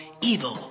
Evil